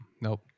nope